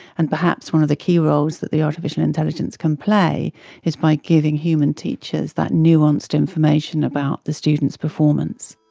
and perhaps one of the key roles that the artificial intelligence can play is by giving human teachers that nuanced information about the student's performance.